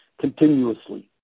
continuously